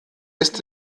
ist